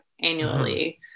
annually